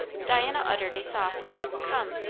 diana uttered a soft come!